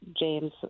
James